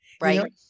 Right